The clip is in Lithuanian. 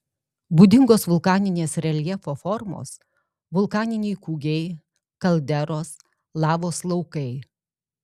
būdingos vulkaninės reljefo formos vulkaniniai kūgiai kalderos lavos laukai